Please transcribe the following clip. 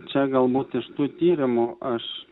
čia galbūt iš tų tyrimų aš